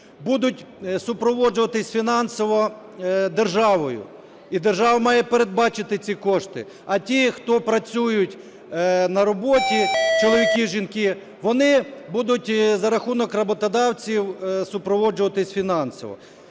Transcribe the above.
будуть супроводжуватися фінансово державою і держава має передбачити ці кошти. А ті, хто працюють на роботі, чоловіки і жінки, вони будуть за рахунок роботодавців супроводжуватися фінансово.